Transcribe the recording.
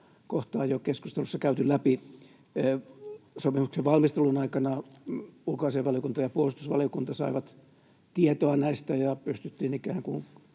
kohtaa käyty läpi. Sopimuksen valmistelun aikana ulkoasiainvaliokunta ja puolustusvaliokunta saivat tietoa näistä ja pystyttiin ikään kuin